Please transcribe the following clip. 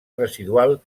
residual